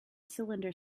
cylinder